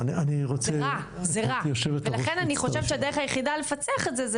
זה רע ולכן אני חושבת שהדרך היחידה לפצח את זה,